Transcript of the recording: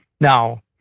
Now